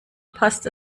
passt